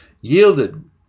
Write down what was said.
yielded